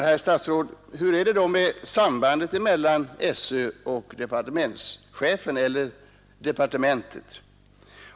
Herr talman! Hur är det då med sambandet mellan SÖ och departementschefen eller departementet?